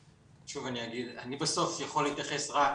שוב אני אגיד, אני בסוף יכול להתייחס רק